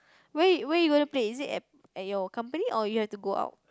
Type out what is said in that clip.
where where you want to play is it at at your company or you have to go out